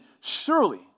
surely